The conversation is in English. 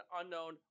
unknown